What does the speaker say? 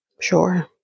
sure